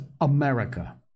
America